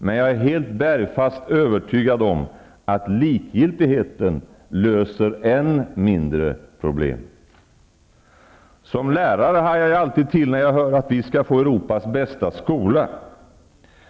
Men jag är helt bergfast övertygad om att likgiltigheten löser problem än mindre. Som lärare hajar jag alltid till när jag hör att vi skall få Europas bästa skola.